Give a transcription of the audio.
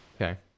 Okay